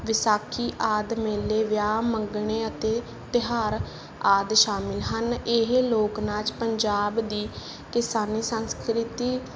ਵਿਸਾਖੀ ਆਦਿ ਮੇਲੇ ਵਿਆਹ ਮੰਗਣੇ ਅਤੇ ਤਿਉਹਾਰ ਆਦਿ ਸ਼ਾਮਿਲ ਹਨ ਇਹ ਲੋਕ ਨਾਚ ਪੰਜਾਬ ਦੀ ਕਿਸਾਨੀ ਸੰਸਕ੍ਰਿਤੀ